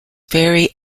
ferry